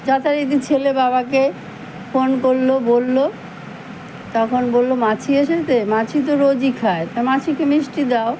যথারীতি ছেলে বাবাকে ফোন করলো বললো তখন বললো মাছি এসেছে মাছি তো রোজই খায় তা মাছিকে মিষ্টি দাও